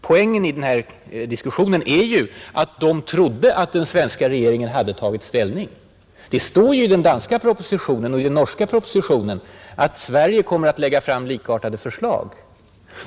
Poängen i den här diskussionen är 29 ju att de trodde att den svenska regeringen hade tagit ställning tidigare, Det står ju i den danska och i den norska propositionen att Sverige kommer att lägga fram likartade förslag.